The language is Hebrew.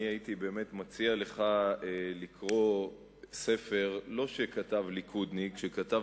הייתי מציע לך לקרוא ספר שלא ליכודניק כתב,